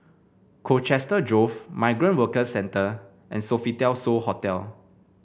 Colchester Grove Migrant Workers Centre and Sofitel So Hotel